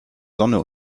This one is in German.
sonne